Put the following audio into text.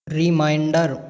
reminder